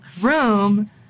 room